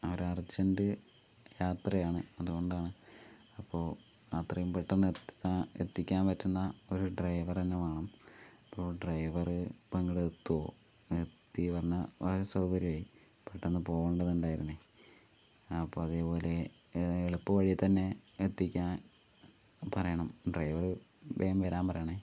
ഒരു അർജന്റ് യാത്രയാണ് അതുകൊണ്ടാണ് അപ്പോൾ അത്രയും പെട്ടെന്ന് എത്തിക്കാൻ പറ്റുന്ന ഒരു ഡ്രൈവർ തന്നെ വേണം അപ്പോൾ ഡ്രൈവറ് ഇപ്പോൾ ഇങ്ങോട്ട് എത്തുവോ എത്തിന്ന് പറഞ്ഞാൽ വളരെ സൗകര്യമായി പെട്ടെന്ന് പോവേണ്ടതുണ്ടായിരുന്നു അപ്പോൾ അതേ പോലെ എളുപ്പവഴി തന്നെ എത്തിക്കാൻ പറയണം ഡ്രൈവർ വേഗം വരാൻ പറയണേ